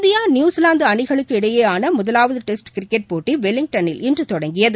India New Zealand அணிகளுக்கு இடையேயான முதவாவது டெஸ்ட் கிரிக்கெட் போட்டி வெளிங்டனில்இன்று தொடங்கியது